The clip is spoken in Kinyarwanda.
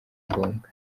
ngombwa